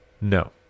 no